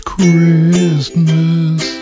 Christmas